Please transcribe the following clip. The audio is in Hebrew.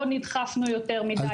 לא נדחפנו יותר מדי.